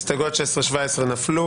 ההסתייגות נפלה.